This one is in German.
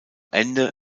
ende